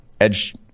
edge